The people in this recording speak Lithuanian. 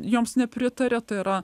joms nepritaria tai yra